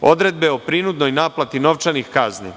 odredbe o prinudnoj naplati novčanih kazni